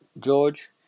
George